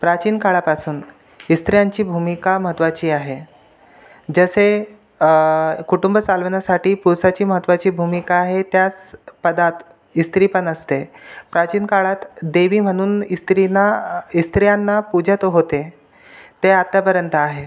प्राचीन काळापासून इस्त्र्यांची भूमिका महत्त्वाची आहे जसे कुटुंब चालवण्यासाठी पुरुषाची महत्त्वाची भूमिका आहे त्याच पदात स्त्रीपण असते प्राचीन काळात देवी म्हणून स्त्रींना इस्त्र्यांना पूजत होते ते आत्तापर्यंत आहे